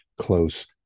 close